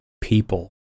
people